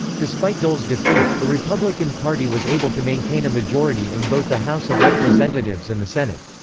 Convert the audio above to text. despite dole's defeat, the republican party was able to maintain a majority in both the house of representatives and the senate.